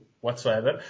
whatsoever